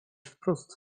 wprost